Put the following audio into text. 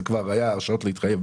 זה כבר היה והיו התחייבויות.